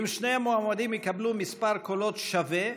אם שני המועמדים יקבלו מספר קולות שווה,